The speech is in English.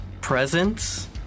Presents